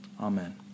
amen